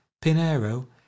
Pinero